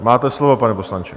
Máte slovo, pane poslanče.